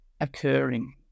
occurring